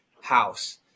house